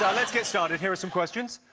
let's get started. here are some questions.